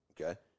Okay